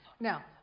Now